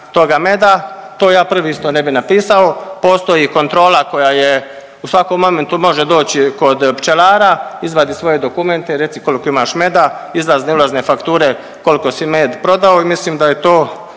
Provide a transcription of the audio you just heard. toga meda, to ja prvi isto ne bi napisao. Postoji kontrola koja je u svakom momentu može doći kod pčelara izvadi svoje dokumente i reci koliko imaš meda, izlazne, ulazne fakture koliko si med prodao i mislim da je to